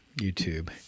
YouTube